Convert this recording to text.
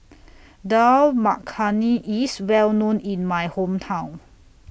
Dal Makhani IS Well known in My Hometown